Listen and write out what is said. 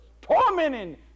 tormenting